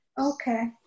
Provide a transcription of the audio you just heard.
Okay